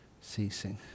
ceasing